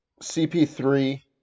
CP3